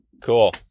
Cool